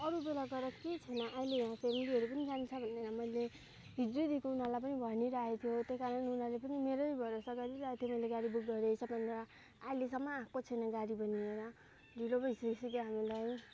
अरू बेला तर केही छैन आहिले यहाँ फेमिलीहरू पनि जान्छ भनेर यहाँ मैले हिजोदेखिको उनीहरूलाई पनि भनिरहेको थियो त्यही कारण उनीहरूले पनि मेरै भरोसा गरिरहेको थियो मैले गाडी बुक गरेँ सबैभन्दा आहिलेसम्म आएको छैन गाडी पनि लिएर ढिलो भइ सकिसक्यो हामीलाई